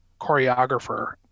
choreographer